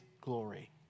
glory